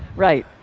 right.